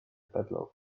peddler